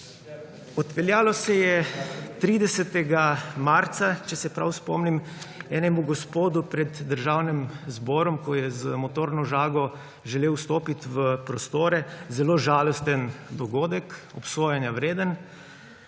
Odpeljalo se je 30. marca, če se prav spomnim, enemu gospodu pred Državnim zborom, ko je z motorno žago želel vstopiti v prostore, zelo žalosten dogodek, obsojanja vreden,